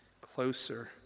closer